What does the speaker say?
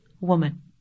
woman